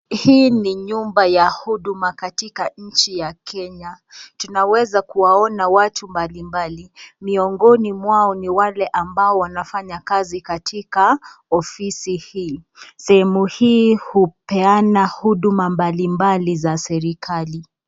Hii ni nyumba ya huduma katika nchi ya Kenya, tunaweza kuwaona watu mbalimbali, miongoni mwao ni wale wanafanya kazi katika ofisi hii. Sehemu hii hupeana huduma mbalimbali za serikali.